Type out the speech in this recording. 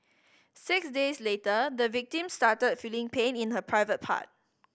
six days later the victim started feeling pain in her private part